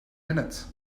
minutes